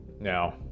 now